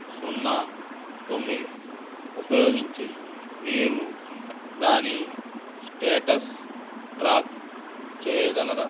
సున్నా తొమ్మిది ఉపయోగించి మీరు దాని స్టేటస్ ట్రాక్ చేయగలరా